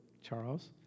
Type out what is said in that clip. Charles